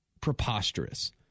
preposterous